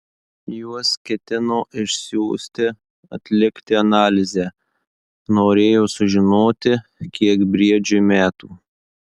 juos ketino išsiųsti atlikti analizę norėjo sužinoti kiek briedžiui metų